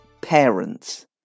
parents